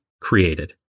created